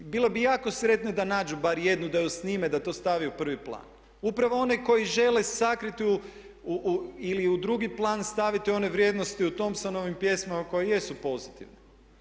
Bilo bi jako sretne da nađu bar jednu da ju snime da to stave u prvi plan, upravo one koji žele sakriti ili u drugi plan staviti one vrijednosti u Thompsonovim pjesmama koje jesu pozitivne.